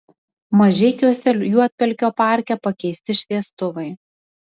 mažeikiuose juodpelkio parke pakeisti šviestuvai